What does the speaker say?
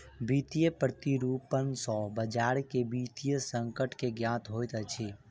वित्तीय प्रतिरूपण सॅ बजार के वित्तीय संकट के ज्ञात होइत अछि